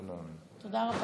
תודה.